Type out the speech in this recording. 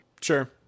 Sure